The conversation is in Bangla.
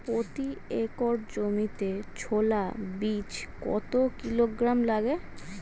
প্রতি একর জমিতে ছোলা বীজ কত কিলোগ্রাম লাগে?